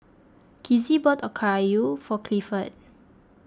Kizzy bought Okayu for Clifford